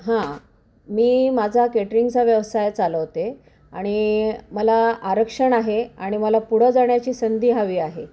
हां मी माझा केटरिंगचा व्यवसाय चालवते आणि मला आरक्षण आहे आणि मला पुढं जाण्याची संधी हवी आहे